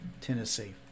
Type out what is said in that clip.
Tennessee